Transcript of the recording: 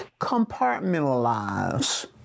Compartmentalize